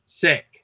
sick